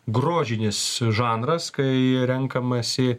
grožinis žanras kai renkamasi